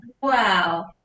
wow